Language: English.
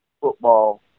football